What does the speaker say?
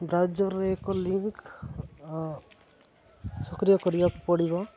ରାଜ୍ୟରେ ଏକ ଲିମିକ୍ ସକ୍ରିୟ କରିବାକୁ ପଡ଼ିବ